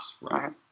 right